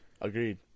Agreed